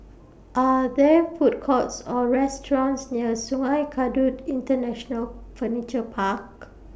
Are There Food Courts Or restaurants near Sungei Kadut International Furniture Park